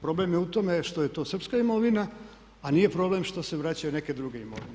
Problem je u tome što je to srpska imovina, a nije problem što se vraćaju neke druge imovine.